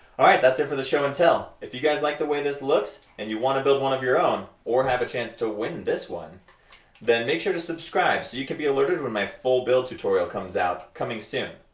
alright, that is it for the show and tell, if you like the way this looks and you want to build one of your own or have the chance to win this one then make sure to subscribe so you can be alerted when my full build tutorial comes out coming soon.